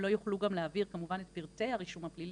הם לא יוכלו גם להעביר כמובן את פרטי הרישום הפלילי,